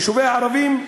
היישובים הערביים?